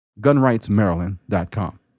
Gunrightsmaryland.com